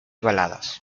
baladas